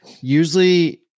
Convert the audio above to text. usually